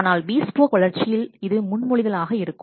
ஆனால் பீஸ்போக் வளர்ச்சியில் இது முன்மொழிதல் ஆக இருக்கும்